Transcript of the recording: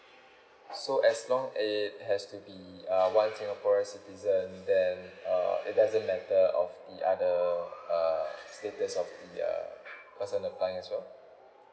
so as long it has to be uh one singaporean citizen then err it doesn't matter of the other err status of the err person applying as well